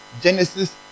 Genesis